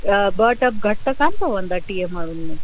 ॿ टब घटि त न पवंदा टीह माण्हुनि में